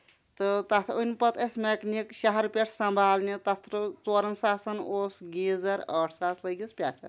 تہٕ تَتھ أنۍ پتہٕ اَسہِ میکینِک شہرٕ پٮ۪ٹھ سمبالنہِ تتھ ژورَن ساسَن اوس گیٖزر ٲٹھ ساس لٕگِس پٮ۪ٹھٕ